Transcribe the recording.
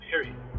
Period